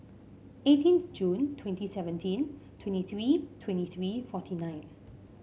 eighteenth Jun twenty seventeen twenty three twenty three forty nine